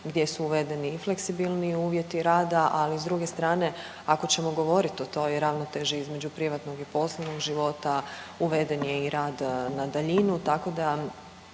gdje su uvedeni i fleksibilniji uvjeti rada, ali s druge strane ako ćemo govoriti o toj ravnoteži između privatnog i poslovnog života uveden je i rad na daljinu tako da